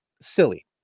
silly